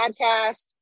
podcast